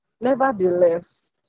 nevertheless